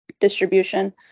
distribution